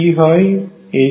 p হয় iddx